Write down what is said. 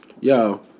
Yo